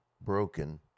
broken